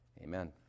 Amen